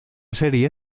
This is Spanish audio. serie